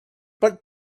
but